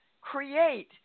create